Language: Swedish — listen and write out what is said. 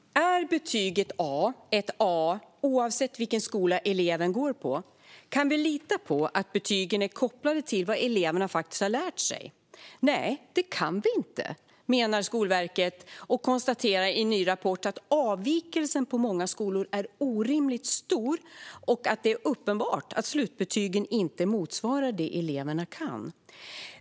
Fru talman! Är betyget A ett A oavsett vilken skola eleven går på? Kan vi lita på att betygen är kopplade till vad eleverna faktiskt har lärt sig? Nej, det kan vi inte, menar Skolverket och konstaterar i en ny rapport att avvikelsen på många skolor är orimligt stor och att det är uppenbart att slutbetygen inte motsvarar det eleverna kan.